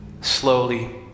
slowly